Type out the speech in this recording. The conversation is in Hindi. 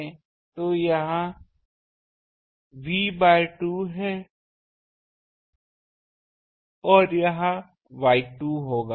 तो यह V बाय 2 है और यह Y2 होगा